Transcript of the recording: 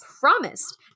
promised